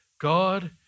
God